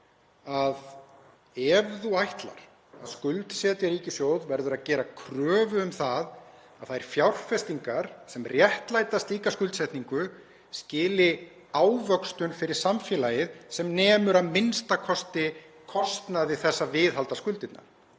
að ef þú ætlar að skuldsetja ríkissjóð verður að gera kröfu um það að þær fjárfestingar sem réttlæta slíka skuldsetningu skili ávöxtun fyrir samfélagið sem nemur a.m.k. kostnaði þess að viðhalda skuldinni.